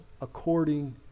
according